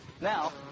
Now